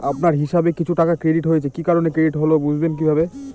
আপনার হিসাব এ কিছু টাকা ক্রেডিট হয়েছে কি কারণে ক্রেডিট হল বুঝবেন কিভাবে?